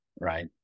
right